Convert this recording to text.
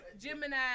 Gemini